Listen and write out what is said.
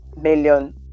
million